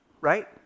right